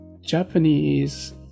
Japanese